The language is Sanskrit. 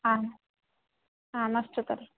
आम् आमस्तु तर्हि